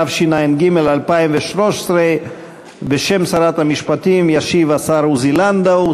התשע"ג 2013. בשם שרת המשפטים ישיב השר עוזי לנדאו,